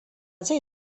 zai